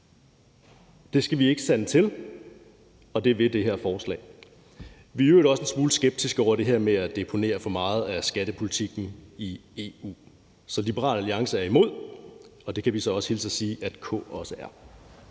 Det skal vi ikke lade sande til, og det vil det her forslag betyde. Vi er i øvrigt også en smule skeptiske over for det her med at deponere for meget af skattepolitikken i EU, så Liberal Alliance er imod, og det kan vi også hilse og sige at KF også er.